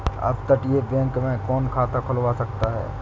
अपतटीय बैंक में कौन खाता खुलवा सकता है?